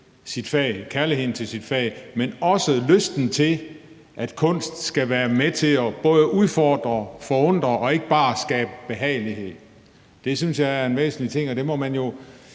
kærligheden til sit fag, men også lysten til, at kunst skal være med til både at udfordre og forundre og ikke bare skabe behagelighed. Det synes jeg er en væsentlig ting, og man må jo